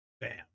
bam